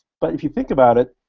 but if you think about it,